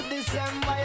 December